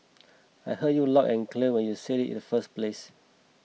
I heard you loud and clear when you said it the first place